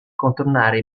contornare